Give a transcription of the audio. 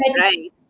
right